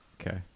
Okay